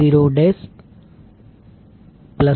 5296